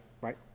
Right